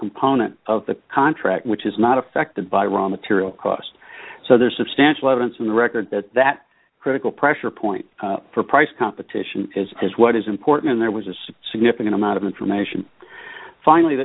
component of the contract which is not affected by raw material costs so there's substantial evidence in the record that that critical pressure point for price competition is is what is important and there was significant amount of information finally